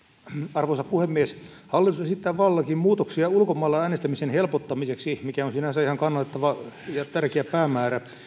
arvoisa puhemies hallitus esittää vallankin muutoksia ulkomailla äänestämisen helpottamiseksi mikä on sinänsä ihan kannatettava ja tärkeä päämäärä